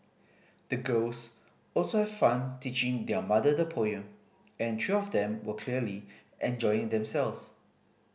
the girls also have fun teaching their mother the poem and three of them were clearly enjoying themselves